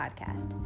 podcast